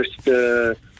first